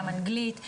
גם אנגלית.